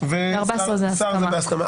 והשר הזה בהסכמה.